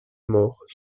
mort